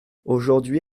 aujourd’hui